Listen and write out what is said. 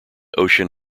ocean